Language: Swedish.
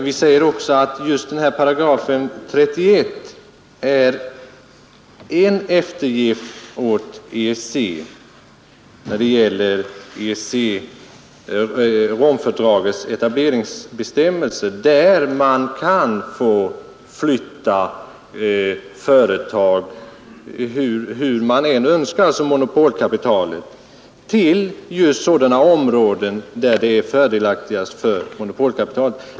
Vi säger också att just 31 § innebär en eftergift åt EEC när det gäller Romfördragets etableringsbestämmelser, som tillåter att man flyttar företag som man önskar till de områden där det är fördelaktigast för monopolkapitalet.